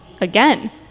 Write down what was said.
again